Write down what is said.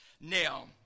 now